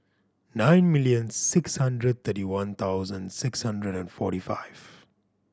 nine million six hundred thirty one thousand six hundred and forty five